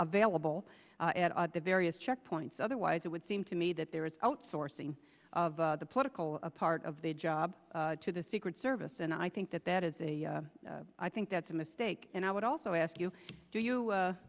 available at the various check points otherwise it would seem to me that there is outsourcing of the political part of the job to the secret service and i think that that is a i think that's a mistake and i would also ask you do you